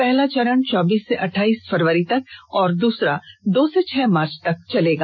पहला चरण चौबीस से अठाइस फरवरी तक और दूसरा दो से छह मार्च तक चलेगा